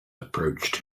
approached